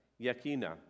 Yakina